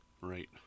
Right